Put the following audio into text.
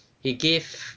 he gave